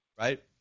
Right